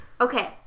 Okay